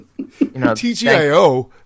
TGIO